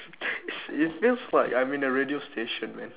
it's it feels like I'm in a radio station man